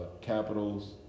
capitals